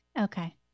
Okay